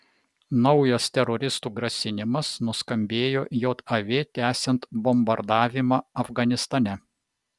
naujas teroristų grasinimas nuskambėjo jav tęsiant bombardavimą afganistane